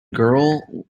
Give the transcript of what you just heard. girl